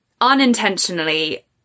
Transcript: unintentionally